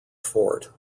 fort